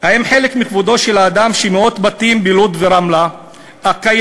האם חלק מכבודו של האדם שמאות בתים בלוד ורמלה הקיימים